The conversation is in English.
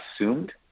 assumed